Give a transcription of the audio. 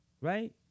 Right